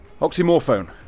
Oxymorphone